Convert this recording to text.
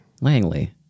Langley